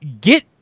get